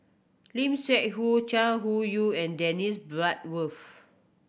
Lim Seok Hu Chai Hu Yoong and Dennis Bloodworth